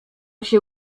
się